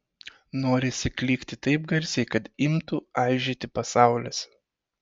norisi klykti taip garsiai kad imtų aižėti pasaulis